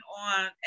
on